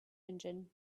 engine